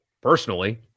personally